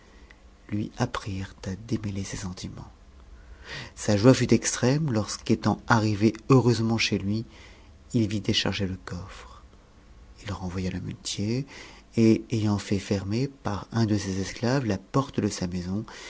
lui apprirent à démêler ses sentiments sa joie fut extrême lorsque étant arrivé heureusement chez lui il'vit décharger le coffre renvoya le muletier etayant fait fermer par un de ses esclaves la porte de sa maison